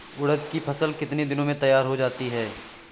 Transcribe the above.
उड़द की फसल कितनी दिनों में तैयार हो जाती है?